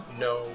no